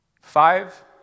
Five